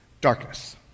darkness